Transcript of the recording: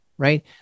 right